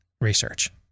research